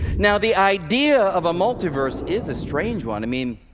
now the idea of a multiverse is a strange one. i mean,